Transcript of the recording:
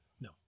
No